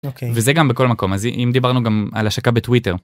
אוקיי וזה גם בכל מקום אז אם דיברנו גם על השקה בטוויטר.